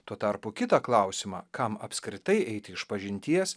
tuo tarpu kitą klausimą kam apskritai eiti išpažinties